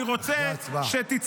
אני לא רוצה שתבינו ותחיו בתודעת מיעוט.